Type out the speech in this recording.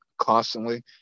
constantly